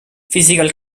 physical